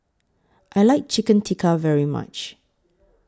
I like Chicken Tikka very much